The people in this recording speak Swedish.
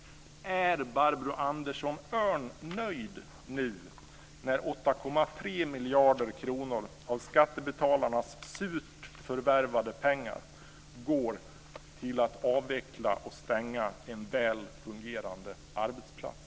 Är Barbro Andersson Öhrn nöjd nu när 8,3 miljarder kronor av skattebetalarnas surt förvärvade pengar går till att avveckla och stänga en väl fungerande arbetsplats?